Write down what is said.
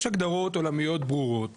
יש הגדרות עולמיות ברורות